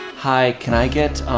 hi, can i get,